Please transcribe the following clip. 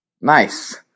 Nice